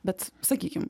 bet sakykim